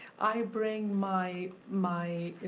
i bring my my